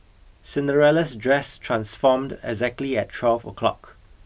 Cinderella's dress transformed exactly at twelve o'clock